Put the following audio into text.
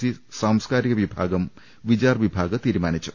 C സാംസ്കാരിക വിഭാഗം വിചാർവിഭാഗ് തീരുമാ നിച്ചു